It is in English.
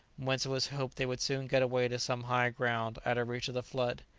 whence it was hoped they would soon get away to some high ground out of reach of the flood.